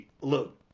look